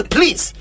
Please